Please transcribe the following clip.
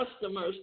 customers